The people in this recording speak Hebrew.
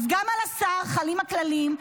אז גם על השר חלים הכללים,